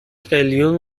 قلیون